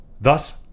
thus